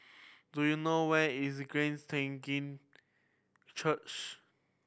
do you know where is Glad Church